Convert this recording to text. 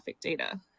data